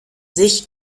sich